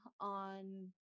on